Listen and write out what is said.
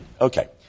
Okay